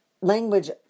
language